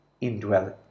indwelling